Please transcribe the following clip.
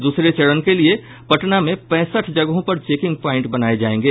दूसरे चरण के लिये पटना में पैंसठ जगहों पर चेकिंग प्वाइंट बनाये जायेंगे